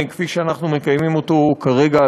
כפי שאנחנו מקיימים אותו כרגע,